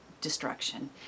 destruction